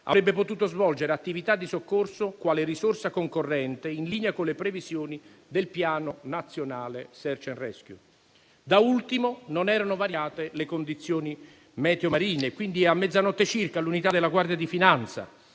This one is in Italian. avrebbe potuto svolgere attività di soccorso quale risorsa concorrente, in linea con le previsioni del Piano *search and rescue* marittimo nazionale; da ultimo, non erano variate le condizioni meteo marine. Pertanto, a mezzanotte circa l'unità della Guardia di finanza,